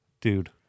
Dude